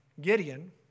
Gideon